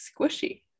squishy